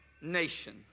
nation